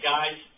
Guys